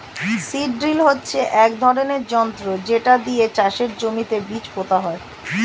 seed drill হচ্ছে এক ধরনের যন্ত্র যেটা দিয়ে চাষের জমিতে বীজ পোতা হয়